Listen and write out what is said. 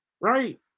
right